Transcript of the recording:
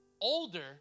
older